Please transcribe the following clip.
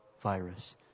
virus